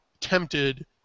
tempted